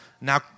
Now